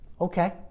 okay